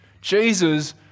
Jesus